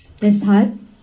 Deshalb